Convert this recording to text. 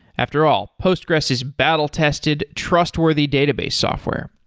after all, postgressql is battle-tested, trustworthy database software